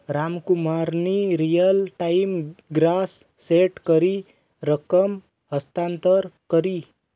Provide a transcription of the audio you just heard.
रामकुमारनी real time gross set करी रकम हस्तांतर करी